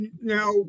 now